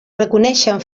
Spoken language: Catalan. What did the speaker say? reconeixen